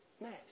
mess